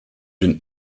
den